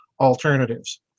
alternatives